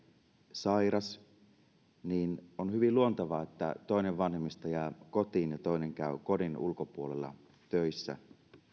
sairas on hyvin luontevaa että toinen vanhemmista jää kotiin ja toinen käy kodin ulkopuolella töissä